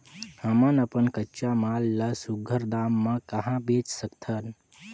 हमन अपन कच्चा माल ल सुघ्घर दाम म कहा बेच सकथन?